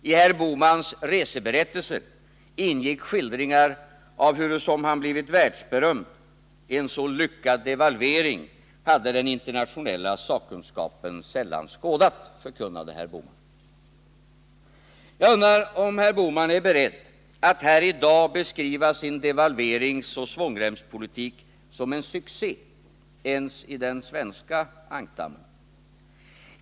I herr Bohmans reseberättelser ingick skildringar av hurusom han blivit världsberömd — en så lyckad devalvering hade den internationella sakkunskapen sällan skådat, förkunnade han. Jag undrar om herr Bohman är beredd att här i dag beskriva sin devalveringsoch svångremspolitik som en succé, ens i den svenska ankdammen.